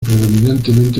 predominantemente